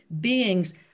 beings